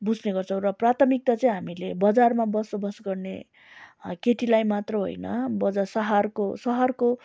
बुझ्ने गर्छौँ र प्राथमिकता चाहिँ हामीले बजारमा बसोबास गर्ने केटीलाई मात्र होइन बजार सहारको सहरको